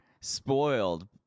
spoiled